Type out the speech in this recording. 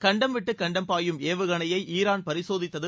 கண்டம்விட்டு கண்டம் பாயும் ஏவுகணையை ஈரான் பரிசோதித்தது